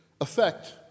affect